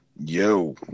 Yo